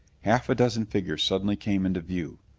half a dozen figures suddenly came into view.